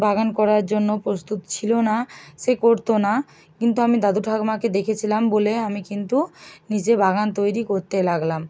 বাগান করার জন্য প্রস্তুত ছিলো না সে করতো না কিন্তু আমি দাদু ঠাকমাকে দেখেছিলাম বলে আমি কিন্তু নিজে বাগান তৈরি কোত্তে লাগলাম